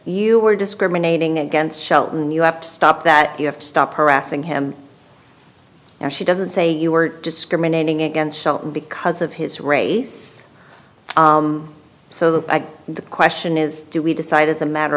you were discriminating against shelton you have to stop that you have to stop harassing him or she doesn't say you were discriminating against because of his race so the question is do we decide as a matter